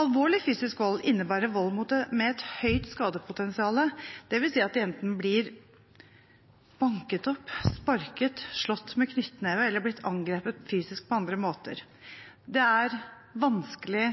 Alvorlig fysisk vold innebærer vold med et høyt skadepotensial. Det vi si at de enten er blitt banket opp, sparket, slått med knyttneve eller blitt angrepet fysisk på andre måter. Det er vanskelig